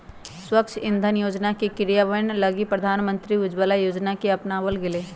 स्वच्छ इंधन योजना के क्रियान्वयन लगी प्रधानमंत्री उज्ज्वला योजना के अपनावल गैलय